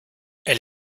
elle